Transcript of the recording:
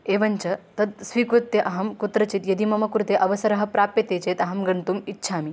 एवञ्च तत् स्वीकृत्य अहं कुत्रचित् यदि मम कृते अवसरः प्राप्यते चेत् अहं गन्तुम् इच्छामि